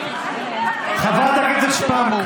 חברת הכנסת שפק,